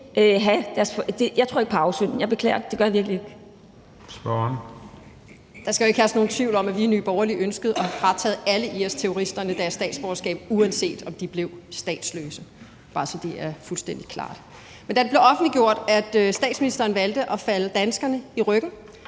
Juhl): Spørgeren. Kl. 14:00 Mette Thiesen (NB): Der skal jo ikke herske nogen tvivl om, at vi i Nye Borgerlige ønskede at fratage alle IS-terroristerne deres statsborgerskab, uanset om de blev statsløse – bare så det er fuldstændig klart. Da det blev offentliggjort, at statsministeren valgte at falde danskerne i ryggen